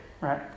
Right